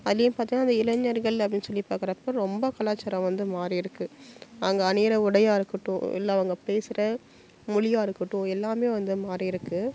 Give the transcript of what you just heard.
அதுலேயும் பார்த்திங்கனா அந்த இளைஞர்கள் அப்படினு சொல்லி பார்க்குறப்ப ரொம்ப கலாச்சாரம் வந்து மாறிருக்குது அவங்க அணியுற உடையா இருக்கட்டும் இல்லை அவங்க பேசுகிற மொழியா இருக்கட்டும் எல்லாமே வந்து மாறிருக்குது